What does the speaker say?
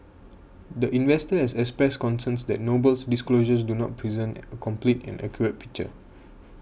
the investor has expressed concerns that Noble's disclosures do not present a complete and accurate picture